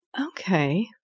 Okay